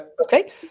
Okay